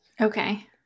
Okay